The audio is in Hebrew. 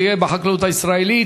וגאה בחקלאות הישראלית,